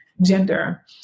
gender